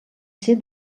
ser